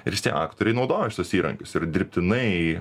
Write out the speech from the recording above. ir aktoriai naudoja šituos įrankius ir dirbtinai